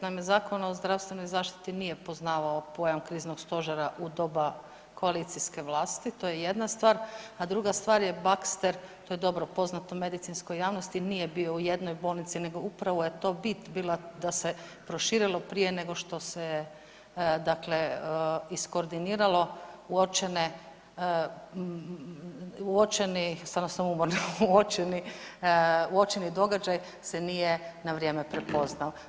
Zakon o zdravstvenoj zaštiti nije poznavao pojam kriznog stožera u doba koalicijske vlasti to je jedna star, a druga stvar je Baxter to je dobro poznato medicinskoj javnosti nije bio u jednoj bolnici nego upravo je to bit bila da se proširilo prije nego što se, dakle iskordiniralo uočeni, stvarno sam umorna, uočeni događaj se nije na vrijeme prepoznao.